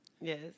Yes